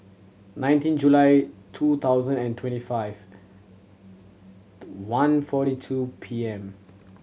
nineteen July two thousand and twenty five one forty two P M